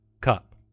Cup